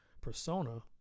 persona